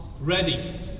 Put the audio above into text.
ready